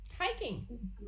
Hiking